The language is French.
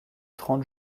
trente